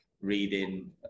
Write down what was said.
reading